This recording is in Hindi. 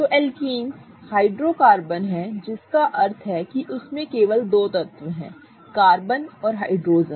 तो एल्केन्स हाइड्रोकार्बन हैं जिसका अर्थ है कि उनमें केवल दो तत्व हैं कार्बन और हाइड्रोजन